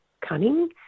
cunning